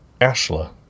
Ashla